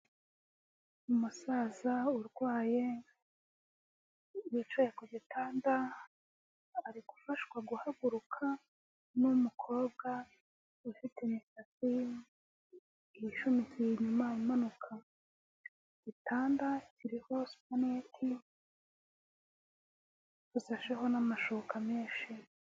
Umusaza urwaye wicaye kugitanda, ari gufashwa guhaguruka n'umukobwa ufite imisatsi y'ishumitiye inyuma imanuka. Igitanda kiriho supaneti, gisasheho n'amashuka menshi.